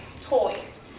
toys